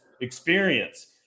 experience